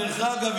דרך אגב,